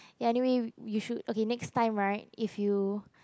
ya anyway we should okay next time right if you